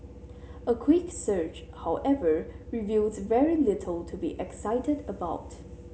a quick search however reveals very little to be excited about